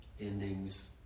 endings